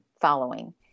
following